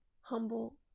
humble